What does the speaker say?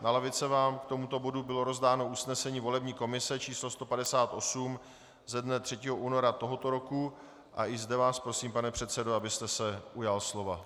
Na lavice vám k tomuto bodu bylo rozdáno usnesení volební komise číslo 158 ze dne 3. února tohoto roku a i zde vás prosím, pane předsedo, abyste se ujal slova.